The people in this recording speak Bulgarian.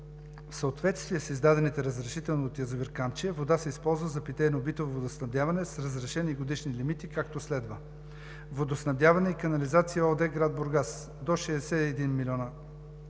В съответствие с издадените разрешителни от язовир „Камчия“ вода се използва за питейно-битово водоснабдяване с разрешени годишни лимити, както следва: „Водоснабдяване и канализация“ ООД, град Бургас – до 61 млн.